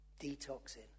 detoxing